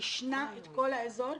עישנה את כל האזור.